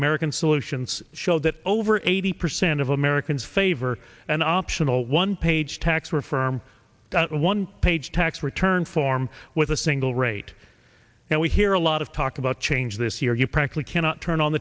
american solutions showed that over eighty percent of americans favor an optional one page tax reform one page tax return form with a single rate now we hear a lot of talk about change this year you practically cannot turn on